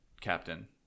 Captain